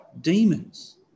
demons